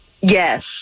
Yes